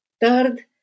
third